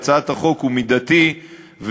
ההסדר בהצעת החוק הוא מידתי וסביר,